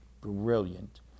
brilliant